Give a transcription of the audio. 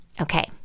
Okay